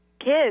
kids